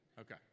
Okay